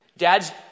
Dads